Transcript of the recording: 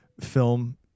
film